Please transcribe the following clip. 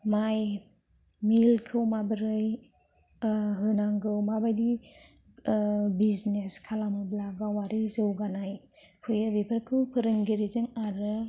माइ मिल खौ माबोरै होनांगौ माबायदि बिजिनेस खालामोब्ला गावारि जौगानाय फैयो बेफोरखौ फोरोंगिरिजों आरो